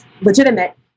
legitimate